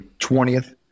20th